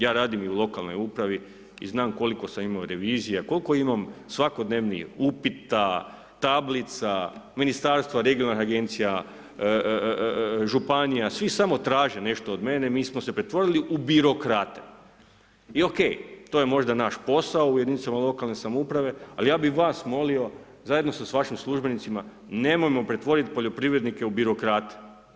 Ja radim u lokalnoj upravi i znam koliko sam imao revizija, koliko imam svakodnevnih upita, tablica, ministarstva, regionalnih agencija, županija, svi samo traže nešto od mene, mi smo se pretvorili u birokrate i ok, to je možda naš posao u jedinicama lokalne samouprave ali ja bi vas molio, zajedno sa vašim službenicima, nemojmo pretvoriti poljoprivrednike u birokrate.